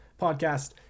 Podcast